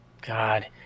God